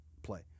play